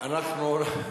אבל,